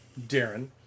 Darren